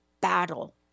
battle